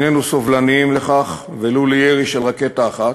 איננו סובלניים לכך, ולו לירי של רקטה אחת,